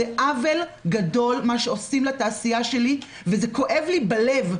זה עוול גדול מה שעושים לתעשייה שלי וזה כואב לי בלב,